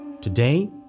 Today